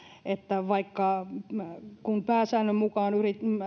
että kun pääsäännön mukaan